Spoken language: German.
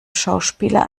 schauspieler